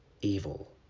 evil